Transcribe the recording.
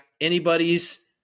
anybody's